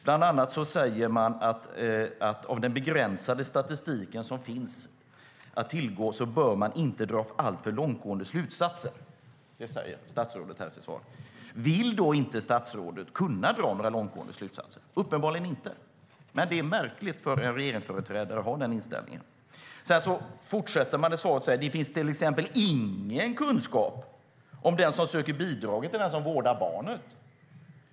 Bland annat säger statsrådet: "Av den begränsade statistik som finns att tillgå bör man inte dra alltför långtgående slutsatser." Vill då inte statsrådet kunna dra några långtgående slutsatser? Uppenbarligen inte. Men det är märkligt för en regeringsföreträdare att ha den inställningen. Vidare sägs i svaret: "Det finns till exempel ingen kunskap om den som söker bidraget är den som vårdar barnet."